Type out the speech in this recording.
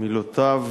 מילותיו,